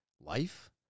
life